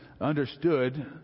understood